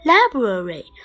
Library